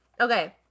Okay